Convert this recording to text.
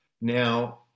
Now